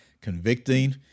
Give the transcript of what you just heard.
convicting